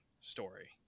story